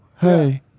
Hey